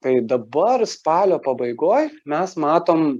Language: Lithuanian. tai dabar spalio pabaigoj mes matom